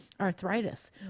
arthritis